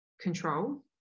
control